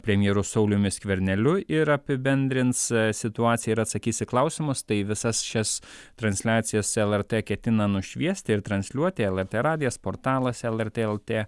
premjeru sauliumi skverneliu ir apibendrins situaciją ir atsakys į klausimus tai visas šias transliacijas lrt ketina nušviesti ir transliuoti lrt radijas portalas lrt lt